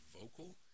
vocal